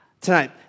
tonight